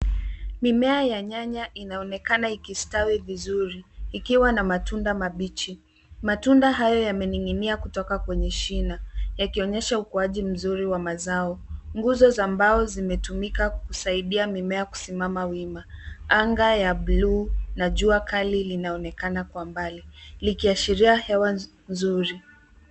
Mimea ya nyanya inaonekana ikistawi vizuri ikiwa na matunda mabichi. Matunda hayo yamening'inia kutoka kwenye shina yakionyesha ukuaji mzuri wa mazao. Nguzo za mbao zimetumika kusaidia mimea kusimama wima. Angaa ya buluu na jua kali linaonekana kwa mbali likiashiria hewa nzuri.